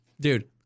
dude